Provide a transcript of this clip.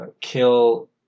kill